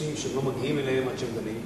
בנושאים שהן לא מגיעות אליהם, עד שהם דנים.